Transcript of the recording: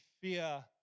fear